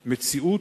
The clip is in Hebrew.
מציאות,